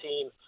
team